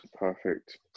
Perfect